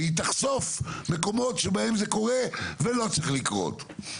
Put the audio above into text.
והיא תחשוף מקומות שבהם זה קורה ולא צריך לקרות.